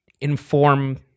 inform